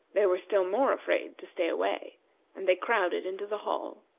they were still more afraid to stay away and they crowded into the hall.